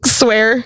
swear